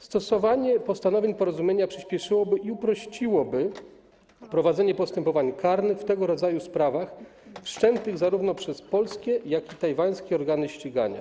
Stosowanie postanowień porozumienia przyspieszyłoby i uprościło prowadzenie postępowań karnych w tego rodzaju sprawach wszczętych zarówno przez polskie, jak i przez tajwańskie organy ścigania.